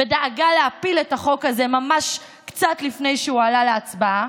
דאגה להפיל את החוק הזה ממש קצת לפני שהוא עלה להצבעה,